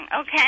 Okay